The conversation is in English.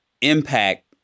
impact